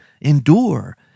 endure